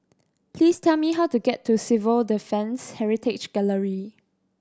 please tell me how to get to Civil Defence Heritage Gallery